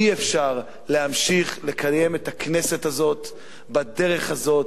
אי-אפשר להמשיך לקיים את הכנסת הזאת בדרך הזאת,